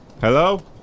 Hello